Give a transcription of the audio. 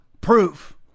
proof